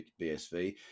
BSV